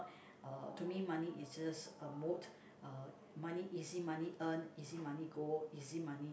uh to me money is just a mode uh money easy money earn easy money go easy money